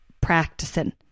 practicing